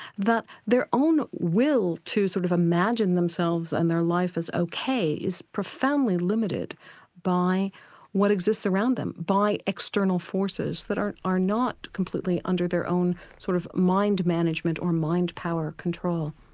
that their own will to sort of imagine themselves and their life as ok is profoundly limited by what exists around them, by external forces that are are not completely under their own sort of mind management or mind power control.